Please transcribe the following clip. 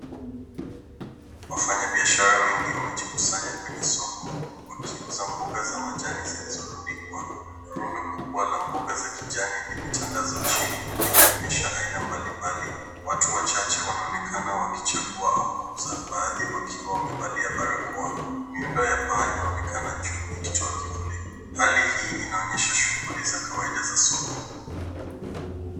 Wafanyabiashara wengi wamejikusanya kwenye soko wakiuza mboga za majani zilizorundikwa, rundo kubwa la mboga za kijani limetandazwa chini likionyesha aina mbali mbali , watu wachache wanaonekana wakichagua hukuza baadhi wakiwa wamevalia barakoa. Miundo ya paa inaonekana juu ikitoa kivuli, hali hii inaonyesha shughuli za kawaida za soko.